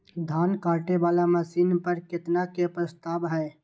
धान काटे वाला मशीन पर केतना के प्रस्ताव हय?